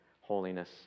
holiness